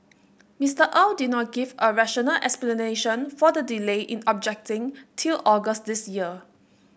Mister Au did not give a rational explanation for the delay in objecting till August this year